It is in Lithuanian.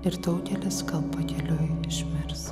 ir daugelis gal pakeliui išmirs